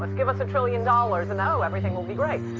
and give us a trillion dollars and, oh, everything will be great.